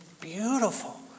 beautiful